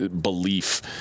belief